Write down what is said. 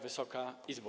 Wysoka Izbo!